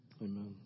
Amen